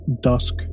Dusk